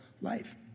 life